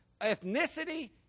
ethnicity